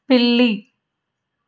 పిల్లి